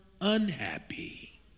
unhappy